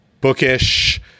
bookish